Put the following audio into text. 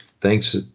thanks